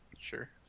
Sure